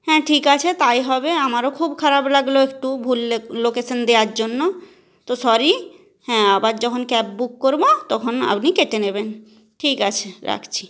হ্যাঁ ঠিক আছে তাই হবে আমারও খুব খারাপ লাগলো একটু ভুল লোকেশান দেয়ার জন্য তো সরি হ্যাঁ আবার যখন ক্যাব বুক করবো তখন আপনি কেটে নেবেন ঠিক আছে রাখছি